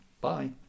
Bye